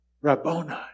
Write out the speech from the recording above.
Rabboni